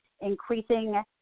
increasing